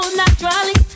naturally